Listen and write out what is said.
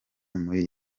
muri